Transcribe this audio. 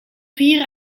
vier